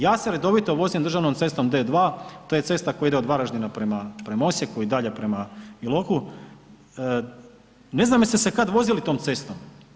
Ja se redovito vozim državnom cestom D2, to je cesta koja ide od Varaždina prema Osijeku i dalje prema Iloku, ne znam jeste se kad vozili tom cestom?